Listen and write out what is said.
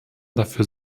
dafür